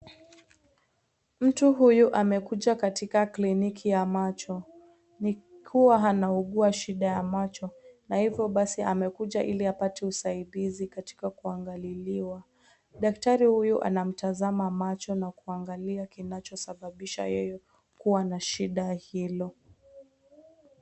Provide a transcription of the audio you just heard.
Mtu huyu amekuja katika kliniki ya macho. Ni kuwa, anaugua shida ya macho na hivyo basi, amekuja ili apate usaidizi katika kuangaliliwa. Daktari huyu anamtazama macho na kuangalia kinachosababisha yeye kuwa na shida hilo.